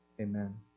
amen